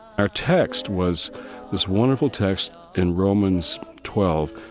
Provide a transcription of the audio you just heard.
our text was this wonderful text in romans twelve,